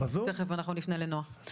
תיכף נפנה לנועה שוקרון.